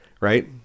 right